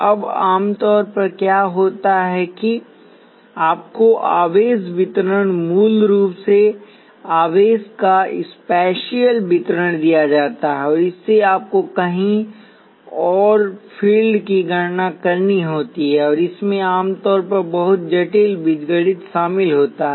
अब आमतौर पर क्या होता है कि आपको आवेशवितरण मूल रूप से आवेश का स्पेशियल वितरण दिया जाता है और इससे आपको कहीं और फ़ील्ड की गणना करनी होती है और इसमें आमतौर पर बहुत जटिल बीजगणित शामिल होता है